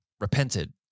repented